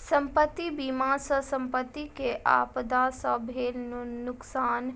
संपत्ति बीमा सॅ संपत्ति के आपदा से भेल नोकसान